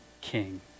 king